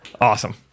Awesome